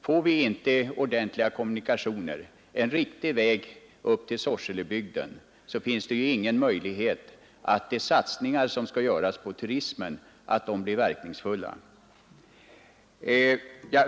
Får vi inte ordentliga kommunikationer, en riktig väg upp till Sorselebygden, finns det inga möjligheter att de satsningar som skall göras på turismen blir verkningsfulla.